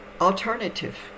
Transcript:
alternative